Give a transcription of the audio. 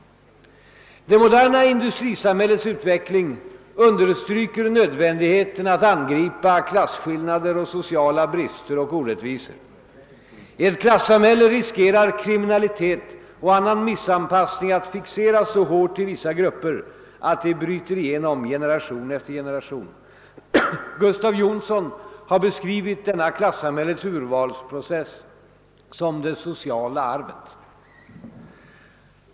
Det moderna industrisamhällets utveckling understryker nödvändigheten att angripa klasskillnader och sociala brister och orättvisor. I ett klassamhälle riskerar kriminalitet och annan missanpassning att fixeras så hårt i vissa grupper att de bryter igenom generation efter generation. Gustav Jonsson har beskrivit denna klassamhällets urvalsprocess som det sociala arvet.